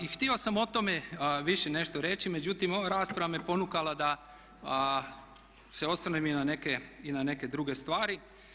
I htio sam o tome više nešto reći, međutim ova rasprava me ponukala da se osvrnem i na neke druge stvari.